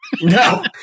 No